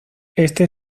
este